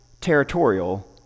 territorial